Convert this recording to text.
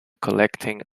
collecting